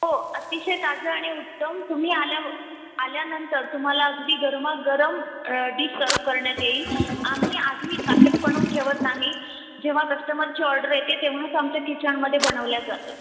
हो अतिशय ताजं आणि उत्तम तुम्ही आल्यावर आल्यानंतर तुम्हाला अगदी गरमागरम डिश सर्व्ह करण्यात येईल आम्ही आधी काहीच बनवून ठेवत नाही जेव्हा कस्टमरची ऑर्डर येते तेव्हाच आमच्या किचनमध्ये बनवलं जातं